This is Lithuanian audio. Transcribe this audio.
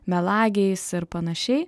melagiais ir panašiai